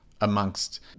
amongst